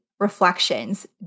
Reflections